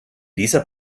dieser